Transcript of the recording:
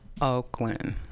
Oakland